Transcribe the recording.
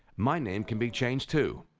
my name can be changed, too.